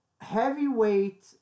heavyweight